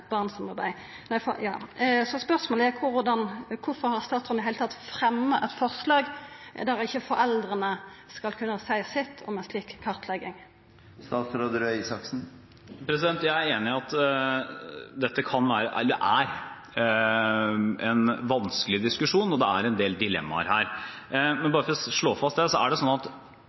forslag der ikkje foreldra skal kunna seia sitt om ei slik kartlegging? Jeg er enig i at dette er en vanskelig diskusjon, og det er en del dilemmaer her. Men